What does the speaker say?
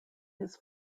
his